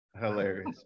Hilarious